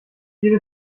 jede